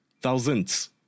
Thousands